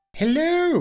hello